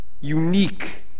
unique